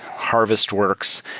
harvest works,